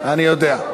אני יודע.